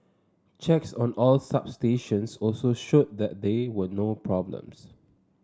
checks on all substations also showed that there were no problems